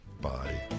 Bye